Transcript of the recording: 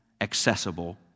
accessible